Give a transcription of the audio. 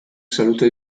saluta